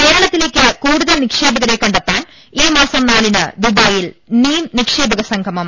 കേരളത്തിലേക്ക് കൂടുതൽ നിക്ഷേപകരെ കണ്ടെത്താൻ ഈ മാസം നാലിന് ദുബായിൽ നീം നിക്ഷേപക സംഗമം